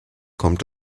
kommt